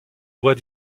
voit